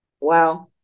Wow